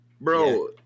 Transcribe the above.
Bro